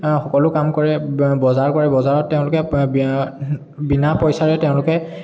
সকলো কাম কৰে বজাৰ কৰে বজাৰত তেওঁলোকে বিনা পইচাৰে তেওঁলোকে